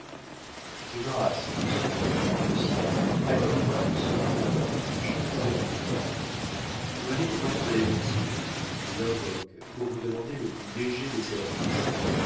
de grâce monsieur dit lucien accordez-moi une seconde j'ai deux mots à vous dire vous m'avez témoigné de l'amitié je l'invoque pour vous demander le plus léger des services